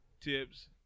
tips